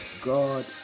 God